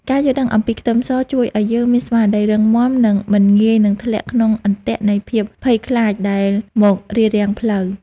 ការយល់ដឹងអំពីខ្ទឹមសជួយឱ្យយើងមានស្មារតីរឹងមាំនិងមិនងាយនឹងធ្លាក់ក្នុងអន្ទាក់នៃភាពភ័យខ្លាចដែលមករារាំងផ្លូវ។